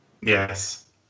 Yes